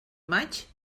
maig